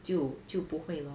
就就不会 lor